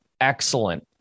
excellent